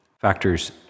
factors